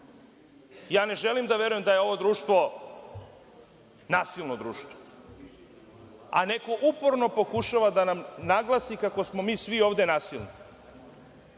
želim da verujem da je ovo društvo nasilno društvo, a neko uporno pokušava da nam naglasi kako smo mi svi ovde nasilni,